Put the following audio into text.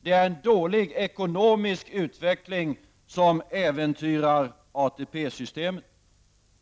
Vi har en dålig ekonomisk utveckling, som äventyrar ATP-systemet.